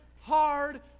hard